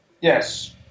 Yes